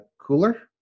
Cooler